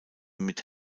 mit